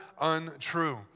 untrue